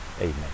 Amen